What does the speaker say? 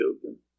children